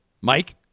Mike